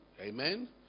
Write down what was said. Amen